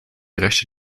rechte